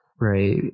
Right